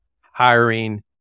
hiring